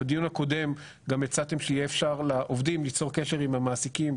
בדיון הקודם גם הצעתם שיהיה אפשר לעובדים ליצור קשר עם המעסיקים,